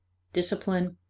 discipline,